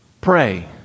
pray